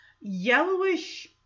yellowish